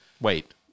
Wait